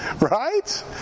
right